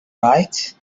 right